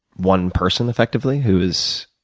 one person effectively who is,